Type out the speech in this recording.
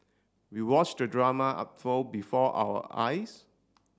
we watched the drama unfold before our eyes